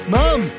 Mom